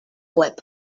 web